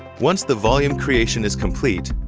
once the volume creation is complete,